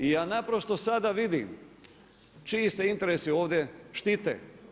I ja naprosto sada vidim čiji se interesi ovdje štite.